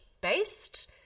based